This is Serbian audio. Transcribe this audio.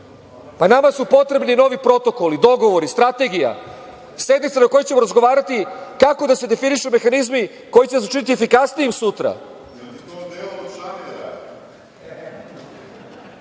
Nama su potrebni novi protokoli, dogovori, strategija, sednica na kojoj ćemo razgovarati kako da se definišu mehanizmi koji će nas učiniti efikasnijim